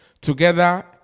together